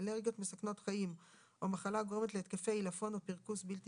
אלרגיות מסכנות חיים או מחלה הגורמת להתקפי עילפון או פירכוס בלתי